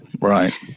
Right